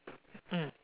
mm